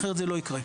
אחרת זה לא יקרה.